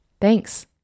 Thanks